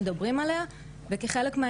כשהתמונות האלה נפוצות,